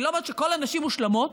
אני לא אומרת שכל הנשים מושלמות,